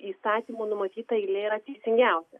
įstatymų numatyta eilė yra teisingiausia